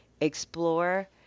Explore